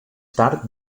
tard